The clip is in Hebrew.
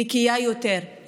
נקיה יותר,